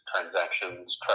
transactions